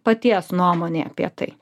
paties nuomonė apie tai